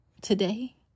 Today